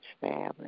family